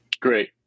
great